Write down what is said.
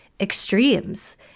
extremes